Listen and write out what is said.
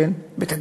"בית הגפן",